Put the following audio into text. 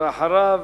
אחריו